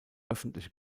öffentliche